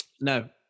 Now